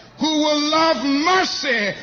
who will love mercy,